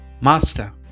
Master